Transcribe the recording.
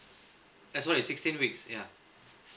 that's why it's sixteen weeks yeah